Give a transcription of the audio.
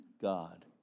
God